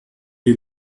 die